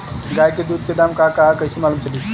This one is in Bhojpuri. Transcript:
गाय के दूध के दाम का ह कइसे मालूम चली?